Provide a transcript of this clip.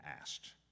asked